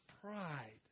pride